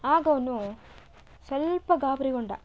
ಆಗವನು ಸ್ವಲ್ಪ ಗಾಬರಿಗೊಂಡ